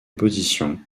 position